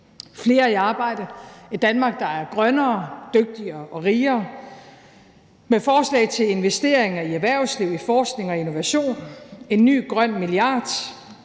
Flere i arbejde. Danmark skal være rigere, grønnere, dygtigere« – med forslag til investeringer i erhvervsliv, i forskning og innovation, en ny grøn milliard